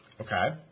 Okay